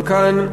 גם כאן,